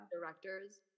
directors